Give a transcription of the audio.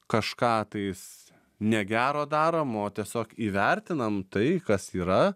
kažką tais negero darom o tiesiog įvertinam tai kas yra